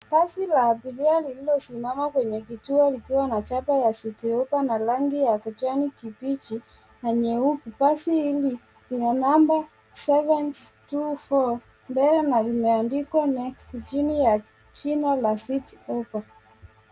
Basi la abiria lililosimama kwenye kituo likiwa na chapa ya Citi Hoppa na rangi ya kijani kibichi na nyeupe. Basi hili lina namba 7724 mbele na limeandikwa jina la Citi Hoppa.